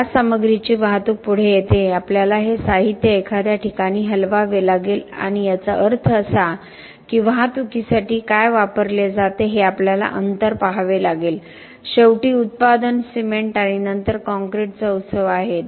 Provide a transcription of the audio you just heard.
या सामग्रीची वाहतूक पुढे येते आपल्याला हे साहित्य एखाद्या ठिकाणी हलवावे लागेल आणि याचा अर्थ असा की वाहतुकीसाठी काय वापरले जाते हे आपल्याला अंतर पहावे लागेल शेवटी उत्पादन सिमेंट आणि नंतर काँक्रीटचा उत्सव आहे